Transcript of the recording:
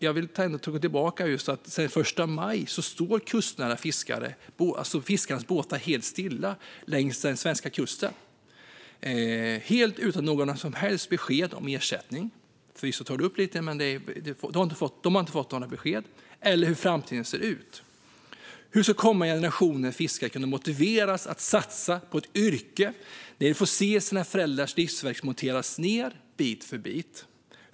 Jag vill komma tillbaka till att de kustnära fiskarnas båtar står helt stilla längs den svenska kusten sedan den 1 maj, helt utan några som helst besked om ersättning. Jennie Nilsson tar upp det lite, men de har inte fått några besked om detta och vet inte hur framtiden ser ut. Hur ska kommande generationer fiskare kunna motiveras att satsa på ett yrke när de får se sina föräldrars livsverk monteras ned bit för bit?